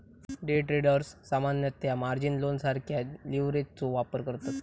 day traders सामान्यतः margin लोनसारख्या लीव्हरेजचो वापर करतत